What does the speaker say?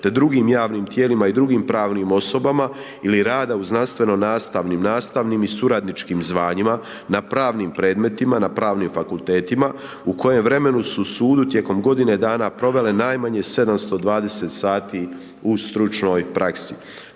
te drugim javnim tijelima i drugim pravnim osobama ili rada u znanstveno-nastavnim, nastavnim i suradničkim zvanjima na pravnim predmetima na pravnim fakultetima u kojem vremenu u sudu tijekom godine dana provele najmanje 720 sati u stručnoj praksi.